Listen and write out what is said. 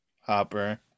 Hopper